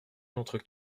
entre